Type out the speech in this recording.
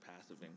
passive